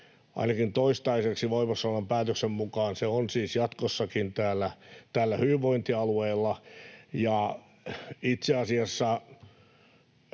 ainakin toistaiseksi voimassa olevan päätöksen mukaan, on siis jatkossakin täällä hyvinvointialueilla. Ja itse asiassa